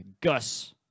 Gus